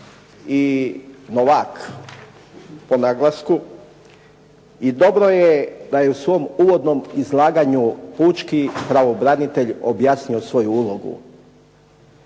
sam zastupnik novak i dobro je da je u svom uvodnom izlaganju pučki pravobranitelj objasnio svoju ulogu.